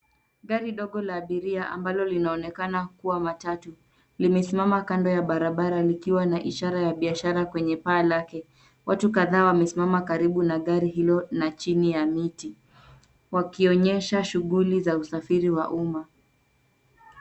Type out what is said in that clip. Gari dogo la abiria ambalo linaonekana kuwa matatu limesimama kando ya barabara likiwa na ishara ya biashara kwenye paa lake . Watu kadhaa wamesimama karibu na gari hilo na chini ya miti wakionyesha shughuli za usafiri wa uma.